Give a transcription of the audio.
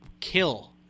kill